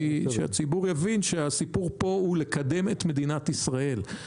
שהוא יבין שהסיפור פה הוא לקדם את מדינת ישראל.